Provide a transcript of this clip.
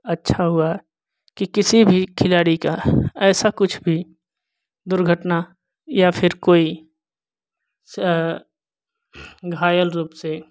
अच्छा हुआ कि किसी भी खिलाड़ी का ऐसा कुछ भी दुर्घटना या फिर कोई घायल रूप से